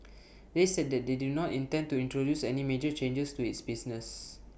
they said that they do not intend to introduce any major changes to its business